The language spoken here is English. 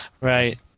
Right